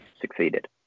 succeeded